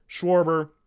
Schwarber